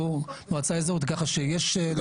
כך שיש נציגות.